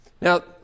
Now